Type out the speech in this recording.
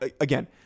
Again